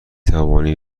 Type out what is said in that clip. توانی